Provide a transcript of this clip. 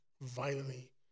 violently